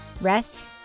Rest